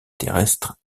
terrestre